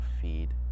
feed